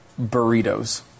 burritos